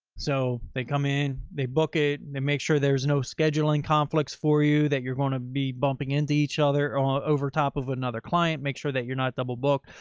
so they come in, they book it and then make sure there's no scheduling conflicts for you. that you're going to be bumping into each other on over top of another client. make sure that you're not double book.